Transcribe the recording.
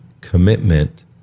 Commitment